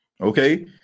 Okay